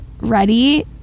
ready